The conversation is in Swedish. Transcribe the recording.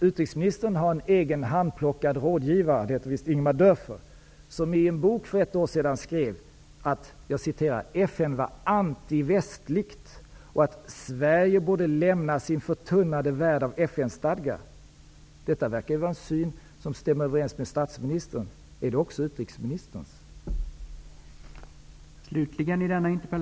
Utrikesministern har en egen handplockad rådgivare som heter Ingemar Dörfer som i en bok för ett år sedan skrev att FN var antivästligt och att Sverige borde lämna sin förtunnade värld av FN stadgar. Detta verkar vara en syn som stämmer överens med statsministerns. Är det också utrikesministerns syn?